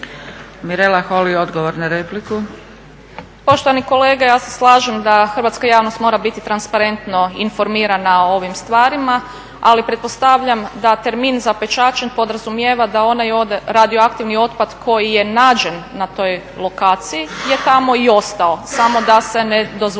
**Holy, Mirela (ORaH)** Poštovani kolega, ja se slažem da hrvatska javnost mora biti transparentno informirana o ovim stvarima. Ali pretpostavljam da termin zapečaćen podrazumijeva da onaj radioaktivni otpad koji je nađen na toj lokaciji je tamo i ostao samo da se ne dozvoljava